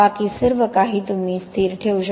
बाकी सर्व काही तुम्ही स्थिर ठेवू शकता